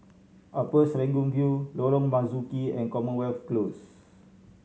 Upper Serangoon View Lorong Marzuki and Commonwealth Close